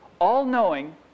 all-knowing